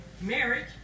marriage